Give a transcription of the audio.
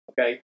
Okay